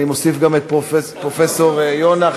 אני מוסיף גם את פרופסור יונה,